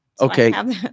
Okay